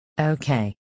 Okay